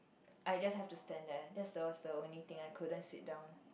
I just have to stand there that's the worst only things I couldn't sit down